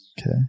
Okay